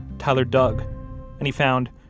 tyler dug and he found